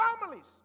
families